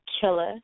killer